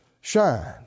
shine